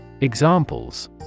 Examples